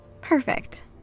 Perfect